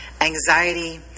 anxiety